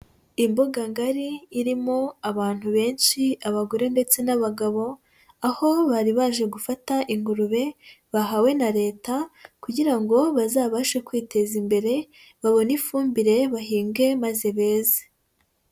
Imbuga ngari irimo abantu benshi abagore ndetse n'abagabo, aho bari baje gufata ingurube bahawe na leta kugira ngo bazabashe kwiteza imbere, babone ifumbire bahinge maze beze.